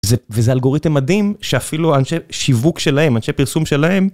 וזה אלגוריתם מדהים שאפילו אנשי שיווק שלהם, אנשי פרסום שלהם.